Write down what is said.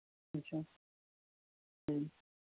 اچھا ٹھیٖک